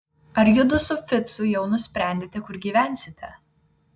ar judu su ficu jau nusprendėte kur gyvensite